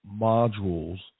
modules